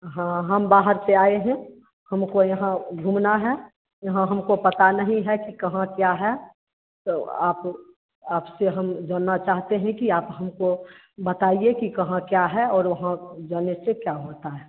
हाँ हम बाहर से आए हैं हमको यहाँ घूमना है यहाँ हमको पता नहीं है कि कहाँ क्या है तो आप आपसे हम जानना चाहते हैं कि आप हमको बताइए कि कहाँ क्या है और वहाँ जाने से क्या होता है